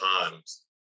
times